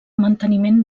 manteniment